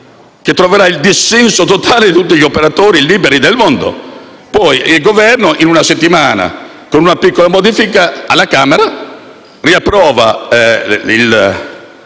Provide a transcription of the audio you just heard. che troverà il dissenso totale di tutti gli operatori liberi del mondo. Poi il Governo, in una settimana, presenterà una piccola modifica e alla Camera si riapproverà il